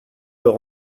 leur